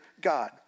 God